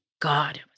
God